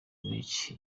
munich